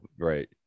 right